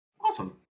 Awesome